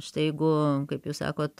štai jeigu kaip jūs sakot